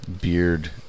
beard